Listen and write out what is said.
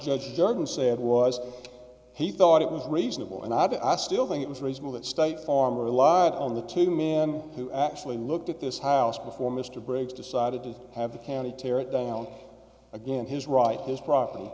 judge judge and said was he thought it was reasonable and i still think it was reasonable that state farm relied on the two men who actually looked at this house before mr briggs decided to have the county tear it down again his right his property